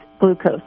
glucose